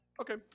Okay